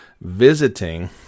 visiting